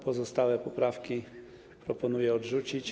Pozostałe poprawki proponuje odrzucić.